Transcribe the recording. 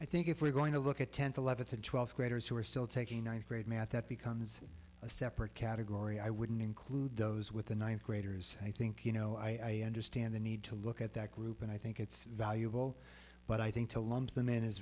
i think if we're going to look at ten to eleven to twelve graders who are still taking ninth grade math that becomes a separate category i wouldn't include those with the ninth graders i think you know i understand the need to look at that group and i think it's valuable but i think to lump them in is